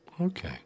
Okay